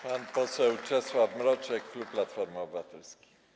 Pan poseł Czesław Mroczek, klub Platformy Obywatelskiej.